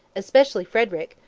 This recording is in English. especially frederick,